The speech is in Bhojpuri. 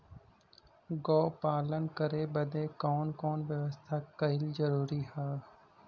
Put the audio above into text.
गोपालन करे बदे कवन कवन व्यवस्था कइल जरूरी ह?